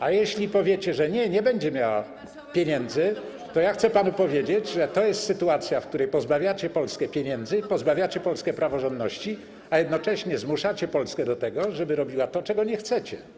A jeśli powiecie, że nie, nie będzie miała pieniędzy, to ja chcę panu powiedzieć, że to jest sytuacja, w której pozbawiacie Polskę pieniędzy i pozbawiacie Polskę praworządności, a jednocześnie zmuszacie Polskę do tego, żeby robiła to, czego nie chcecie.